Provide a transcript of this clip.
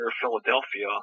Philadelphia